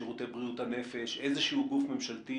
שירותי בריאות הנפש או איזשהו גוף ממשלתי